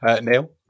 Neil